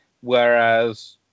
Whereas